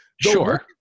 Sure